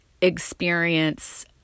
experience